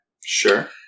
Sure